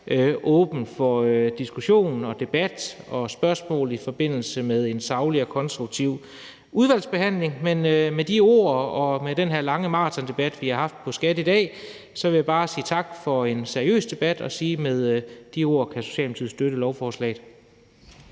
åbne for diskussion, debat og spørgsmål i forbindelse med en saglig og konstruktiv udvalgsbehandling. Men med de ord og efter den her lange maratondebat, vi har haft om skat i dag, vil jeg bare sige tak for en seriøs debat og sige, at Socialdemokratiet kan støtte lovforslaget.